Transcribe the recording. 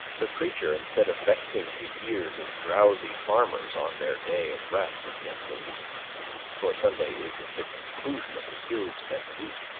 the preacher, instead of vexing the ears of drowsy farmers on their day of rest at the end of the week for sunday is the fit conclusion of an ill-spent week,